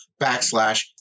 backslash